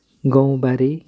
गाउँबारे